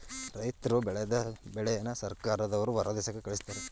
ರೈತರ್ರು ಬೆಳದ ಬೆಳೆನ ಸರ್ಕಾರದವ್ರು ಹೊರದೇಶಕ್ಕೆ ಕಳಿಸ್ತಾರೆ